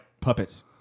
puppets